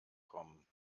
kommen